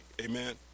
Amen